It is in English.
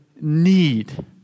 need